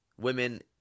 women